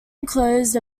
enclosed